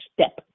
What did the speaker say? step